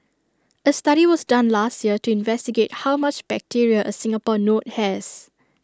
A study was done last year to investigate how much bacteria A Singapore note has